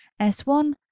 S1